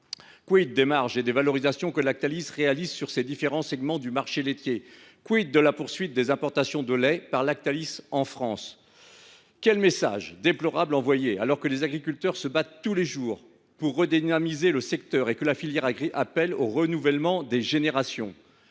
d’euros. des marges que Lactalis réalise sur les différents segments du marché laitier ? de la poursuite des importations de lait par Lactalis en France ? Quel déplorable message envoyé, alors que les agriculteurs se battent tous les jours pour redynamiser le secteur et que la filière appelle au renouvellement des générations !